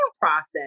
process